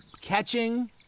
catching